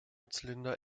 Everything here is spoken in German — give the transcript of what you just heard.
zylinder